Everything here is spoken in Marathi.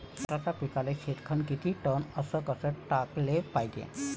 संत्र्याच्या पिकाले शेनखत किती टन अस कस टाकाले पायजे?